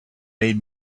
made